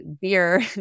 beer